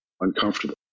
uncomfortable